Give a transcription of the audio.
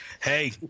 Hey